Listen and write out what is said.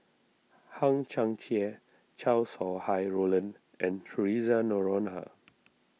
Hang Chang Chieh Chow Sau Hai Roland and theresa Noronha